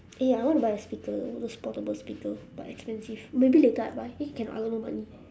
eh ya I want to buy a speaker those portable speaker but expensive maybe later I buy eh cannot I got no money